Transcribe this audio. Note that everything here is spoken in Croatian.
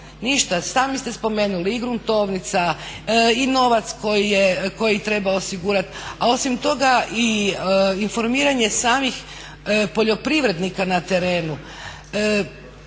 ništa. Sami ste spomenuli i gruntovnica i novac koji treba osigurati. A osim toga i informiranje samih poljoprivrednika na terenu.